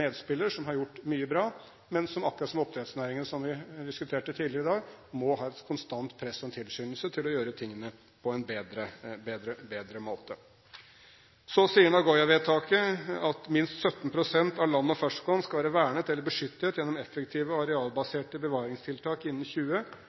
medspiller som har gjort mye bra, men som, akkurat som oppdrettsnæringen som vi diskuterte tidligere i dag, må ha et konstant press og en tilskyndelse til å gjøre tingene på en bedre måte. Så sier Nagoya-vedtaket at minst 17 pst. av land og ferskvann skal være vernet eller beskyttet gjennom effektive arealbaserte bevaringstiltak innen